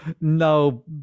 no